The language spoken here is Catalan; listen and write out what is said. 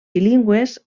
bilingües